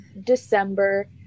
December